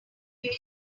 very